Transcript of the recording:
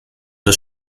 des